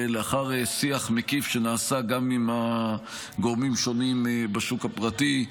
ולאחר שיח מקיף שנעשה גם עם גורמים שונים בשוק הפרטי,